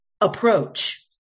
Approach